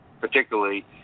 particularly